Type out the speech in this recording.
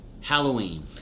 Halloween